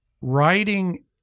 writing